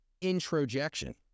introjection